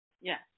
Yes